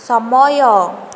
ସମୟ